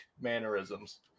mannerisms